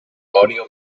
audio